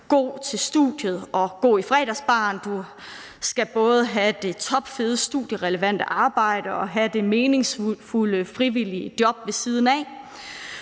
god til studiet og gå i fredagsbaren. Du skal både have det topfede studierelevante arbejde og have det meningsfulde frivillige job ved siden af.